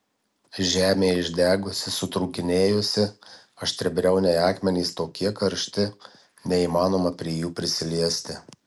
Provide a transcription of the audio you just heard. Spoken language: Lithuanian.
žemė išdegusi sutrūkinėjusi aštriabriauniai akmenys tokie karšti neįmanoma prie jų prisiliesti